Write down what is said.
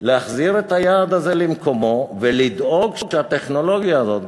להחזיר את היעד הזה למקומו ולדאוג שהטכנולוגיה הזאת,